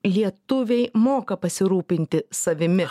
lietuviai moka pasirūpinti savimi